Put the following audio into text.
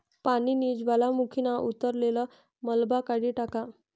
पानीनी ज्वालामुखीना उतरलेल मलबा काढी टाका